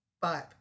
five